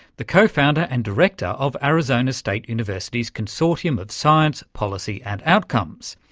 the co-founder and director of arizona state university's consortium of science, policy and outcomes.